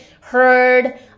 heard